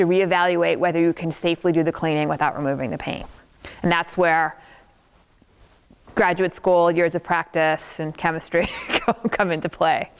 to re evaluate whether you can safely do the cleaning without removing the pain and that's where graduate school years of practice and chemistry come into play